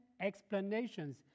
explanations